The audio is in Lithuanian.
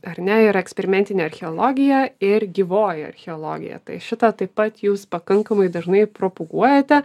ar ne ir eksperimentinė archeologija ir gyvoji archeologija tai šitą taip pat jūs pakankamai dažnai propaguojate